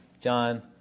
John